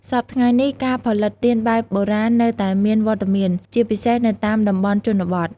សព្វថ្ងៃនេះ ការផលិតទៀនបែបបុរាណនៅតែមានវត្តមាន ជាពិសេសនៅតាមតំបន់ជនបទ។